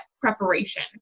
preparation